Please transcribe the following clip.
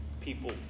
people